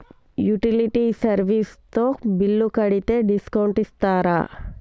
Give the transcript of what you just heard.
Utility service తో bill కడితే discount ఇస్తరా?